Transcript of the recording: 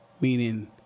Meaning